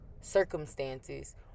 circumstances